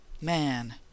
man